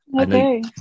Okay